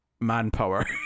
manpower